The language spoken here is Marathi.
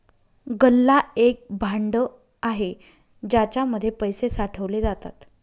गल्ला एक भांड आहे ज्याच्या मध्ये पैसे साठवले जातात